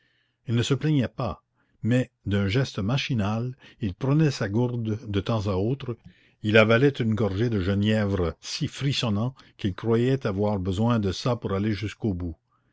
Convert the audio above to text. il ne se plaignait pas mais d'un geste machinal il prenait sa gourde de temps à autre il avalait une gorgée de genièvre si frissonnant qu'il croyait avoir besoin de ça pour aller jusqu'au bout